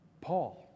Paul